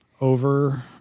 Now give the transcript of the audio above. over